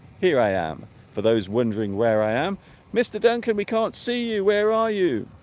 here i am for those wondering where i am mr. duncan we can't see you where are you